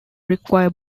require